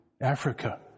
Africa